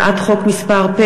הצעות חוק פ/832/19,